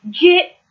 Get